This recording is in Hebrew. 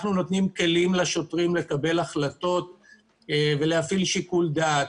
אנחנו נותנים כלים לשוטרים לקבל החלטות ולהפעיל שיקול דעת.